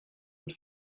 mit